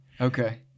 Okay